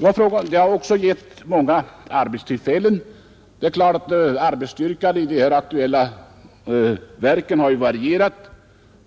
Utbyggnaden har också givit många arbetstillfällen. Det är klart att arbetsstyrkan vid de här aktuella verken har varierat.